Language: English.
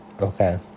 Okay